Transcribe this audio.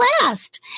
last